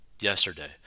yesterday